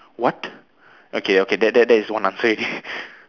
what okay okay that that that is one answer already